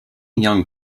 young